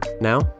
Now